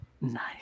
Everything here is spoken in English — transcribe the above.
Nice